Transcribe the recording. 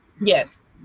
Yes